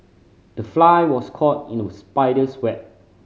the fly was caught in the spider's web